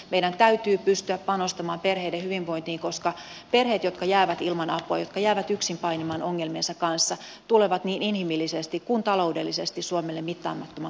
meidän täytyy pystyä panostamaan perheiden hyvinvointiin koska perheet jotka jäävät ilman apua ja jotka jäävät yksin painimaan ongelmiensa kanssa tulevat niin inhimillisesti kuin taloudellisesti suomelle mittaamattoman kalliiksi